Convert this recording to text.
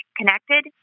connected